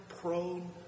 prone